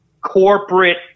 corporate